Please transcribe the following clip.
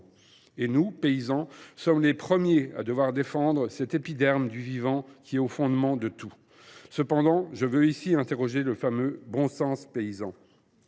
Et nous, paysans, nous sommes les premiers à devoir défendre cet épiderme du vivant qui est au fondement de tout. Cependant, je veux interroger ici le fameux bon sens paysan.